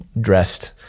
dressed